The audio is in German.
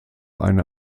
eine